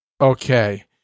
Okay